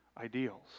ideals